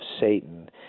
Satan